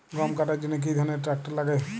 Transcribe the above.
গম কাটার জন্য কি ধরনের ট্রাক্টার লাগে?